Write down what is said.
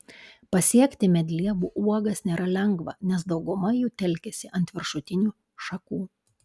pasiekti medlievų uogas nėra lengva nes dauguma jų telkiasi ant viršutinių šakų